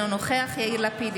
אינו נוכח יאיר לפיד,